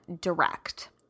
direct